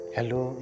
Hello